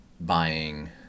buying